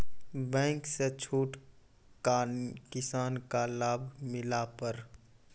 Bank से छूट का किसान का लाभ मिला पर?